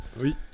Oui